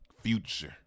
Future